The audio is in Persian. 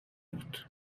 بود